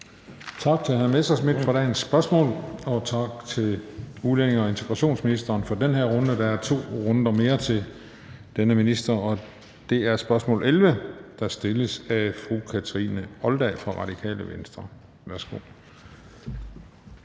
Tak til hr. Morten Messerschmidt for dagens spørgsmål, og tak til udlændinge- og integrationsministeren for den her runde. Der er to runder mere til denne minister, og det er spørgsmål nr. 11, der stilles af fru Kathrine Olldag fra Radikale Venstre. Kl.